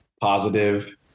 positive